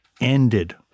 ended